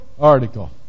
article